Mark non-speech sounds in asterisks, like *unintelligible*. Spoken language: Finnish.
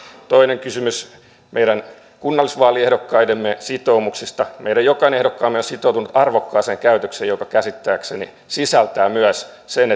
toinen kysymys meidän kunnallisvaaliehdokkaidemme sitoumuksista meidän jokainen ehdokkaamme on sitoutunut arvokkaaseen käytökseen joka käsittääkseni sisältää myös sen *unintelligible*